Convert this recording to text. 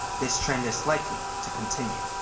this trend is likely to continue.